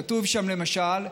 כתוב שם, למשל: